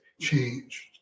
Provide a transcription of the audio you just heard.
changed